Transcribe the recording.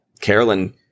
Carolyn